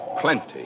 plenty